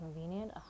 convenient